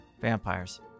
Vampires